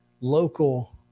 local